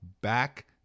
back